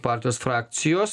partijos frakcijos